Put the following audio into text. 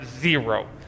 zero